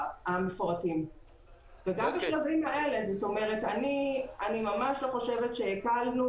גם בשלבים האלה אני ממש לא חושבת שהקלנו